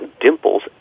dimples